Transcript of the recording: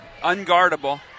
Unguardable